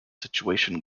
situation